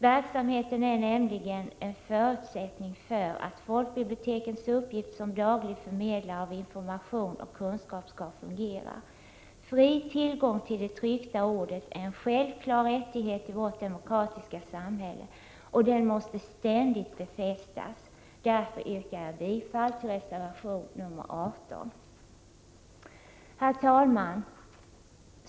Verksamheten är nämligen en förutsättning för att folkbibliotekens uppgift som daglig förmedlare av information och kunskap skall fungera. Fri tillgång till det tryckta ordet är en självklar rättighet i vårt demokratiska samhälle, och den måste ständigt befästas. Därför yrkar jag bifall till reservation 18. Herr talman!